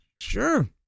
Sure